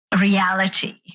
reality